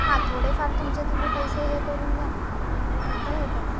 हां थोडेफार तुमचे तुम्ही पैसे हे करून घ्या ना आणि मग नंतर हे करा